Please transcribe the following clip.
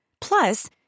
Plus